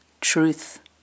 truth